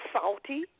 salty